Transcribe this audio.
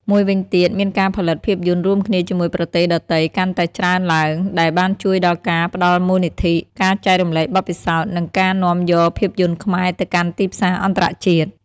មួយវិញទៀត មានការផលិតភាពយន្តរួមគ្នាជាមួយប្រទេសដទៃកាន់តែច្រើនឡើង ដែលបានជួយដល់ការផ្តល់មូលនិធិ ការចែករំលែកបទពិសោធន៍ និងការនាំយកភាពយន្តខ្មែរទៅកាន់ទីផ្សារអន្តរជាតិ។